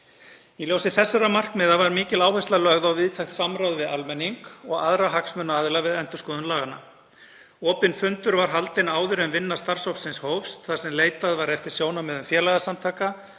Í ljósi þessara markmiða var mikil áhersla lögð á víðtækt samráð við almenning og aðra hagsmunaaðila við endurskoðun laganna. Opinn fundur var haldinn áður en vinna starfshópsins hófst þar sem leitað var eftir sjónarmiðum félagasamtaka,